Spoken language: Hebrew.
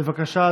בבקשה,